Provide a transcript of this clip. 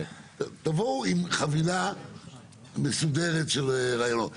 תבואו עם חבילה מסודרת של רעיונות.